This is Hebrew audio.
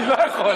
אני לא יכול.